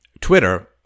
Twitter